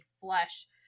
flesh